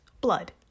blood